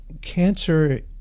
cancer